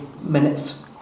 minutes